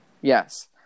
Yes